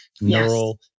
neural